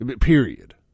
Period